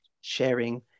sharing